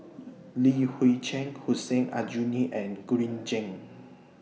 Li Hui Cheng Hussein Aljunied and Green Zeng